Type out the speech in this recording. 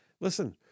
Listen